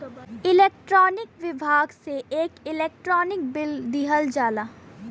electronic विभाग से एक इलेक्ट्रानिक बिल दिहल जाला